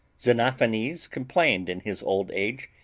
xenophanes complained in his old age,